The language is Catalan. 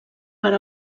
per